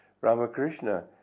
Ramakrishna